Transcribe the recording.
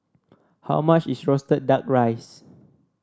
how much is roasted duck rice